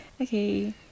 Okay